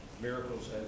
miracles